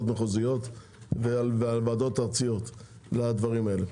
מחוזיות ועל ועדות ארציות לדברים האלה.